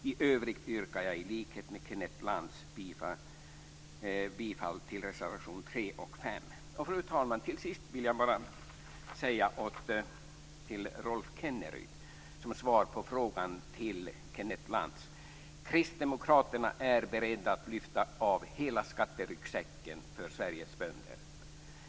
I övrigt yrkar jag i likhet med Kenneth Lantz bifall till reservation 3 och 5. Fru talman! Till sist vill jag bara säga till Rolf Kristdemokraterna är beredda att lyfta av hela skatteryggsäcken för Sveriges bönder.